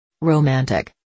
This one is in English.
Romantic